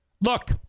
look